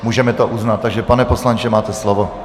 Můžeme to uznat, takže pane poslanče, máte slovo.